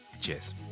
Cheers